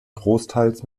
großteils